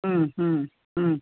ಹ್ಞೂ ಹ್ಞೂ ಹ್ಞೂ